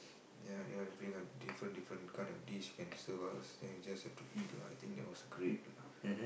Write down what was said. ya they will bring a different different kind of dish can serve us then we just have to eat lah I think that was great lah